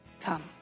come